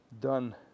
done